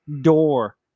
door